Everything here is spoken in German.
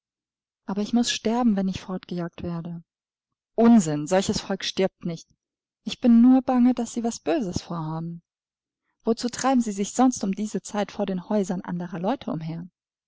aber ich muß sterben wenn ich fortgejagt werde unsinn solches volk stirbt nicht ich bin nur bange daß sie was böses vorhaben wozu treiben sie sich sonst um diese zeit vor den häusern anderer leute umher